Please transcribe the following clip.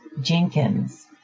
Jenkins